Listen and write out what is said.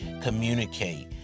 communicate